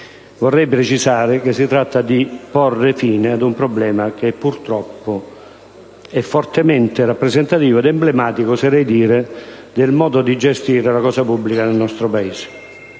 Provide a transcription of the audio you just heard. Vorrei precisare che si tratta di porre fine ad un problema che è purtroppo fortemente rappresentativo ed emblematico - oserei dire - del modo di gestire la cosa pubblica nel nostro Paese.